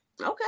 Okay